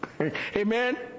Amen